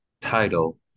title